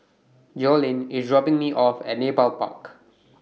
Jolene IS dropping Me off At Nepal Park